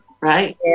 Right